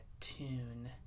tune